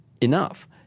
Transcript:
enough